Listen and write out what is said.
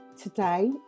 Today